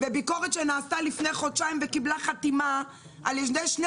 ביקורת שנעשתה לפני חודשיים וקיבלה חתימה על ידי שני